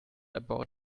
about